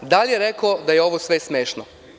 Da li je rekao da je ovo sve smešno?